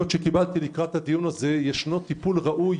לקראת הדיון הזה שמעלות כי יש טיפול ראוי